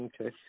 Okay